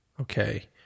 Okay